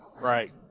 Right